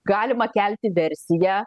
galima kelti versiją